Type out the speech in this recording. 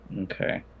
Okay